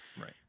Right